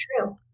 true